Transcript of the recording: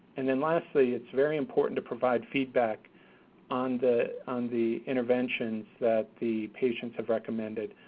and then lastly, it's very important to provide feedback on the on the interventions that the patients have recommended.